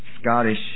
Scottish